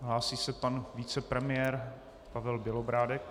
Hlásí se pan vicepremiér Pavel Bělobrádek.